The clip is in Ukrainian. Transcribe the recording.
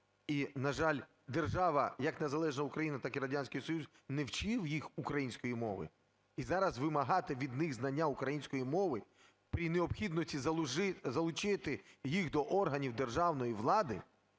і, на жаль, держава, як незалежна Україна, так і Радянський Союз, не вчив їх української мови. І зараз вимагати від них знання української мови при необхідності залучити їх до органів державної влади,